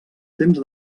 temps